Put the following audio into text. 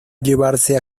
llevarse